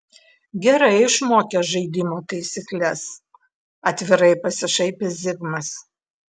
gerai išmokęs žaidimo taisykles atvirai pasišaipė zigmas